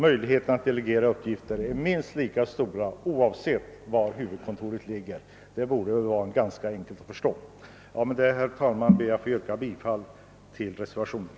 Möjligheterna att delegera uppgifter är lika stora oavsett var huvudkontoret ligger. Det borde vara ganska enkelt att inse. Herr talman! Med det anförda ber jag att få yrka bifall till reservationen.